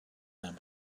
them